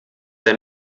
der